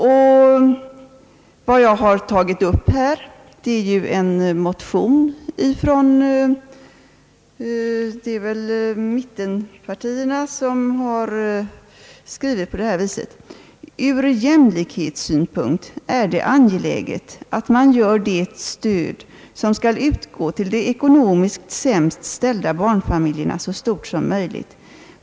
Vad jag har tagit upp här är en motion från mittenpartierna. Där skriver man på detta sätt: »Ur jämlikhetssynpunkt är det angeläget att man gör det stöd som skall utgå till de ekonomiskt sämst ställda barnfamiljerna så stort som möjligt.